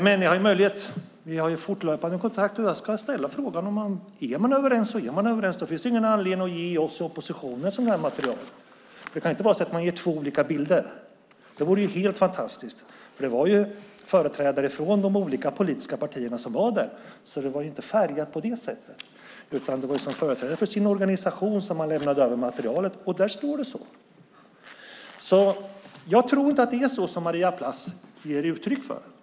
Jag har möjlighet - vi har fortlöpande kontakter - att ställa frågan om de är överens, men då finns det ingen anledning att ge oss i oppositionen ett sådant material. Det kan inte vara så att de ger två olika bilder. Det vore helt fantastiskt. Det var företrädare från de olika politiska partierna som var närvarande, och det var inte färgat på det sättet. Det var företrädare för organisationen som lämnade över materialet. Där står det så. Jag tror inte att det är så som Maria Plass ger uttryck för.